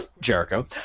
Jericho